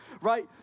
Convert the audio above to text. right